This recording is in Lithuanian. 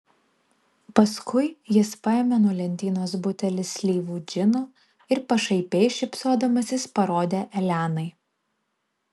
paskui jis paėmė nuo lentynos butelį slyvų džino ir pašaipiai šypsodamasis parodė elenai